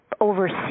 oversee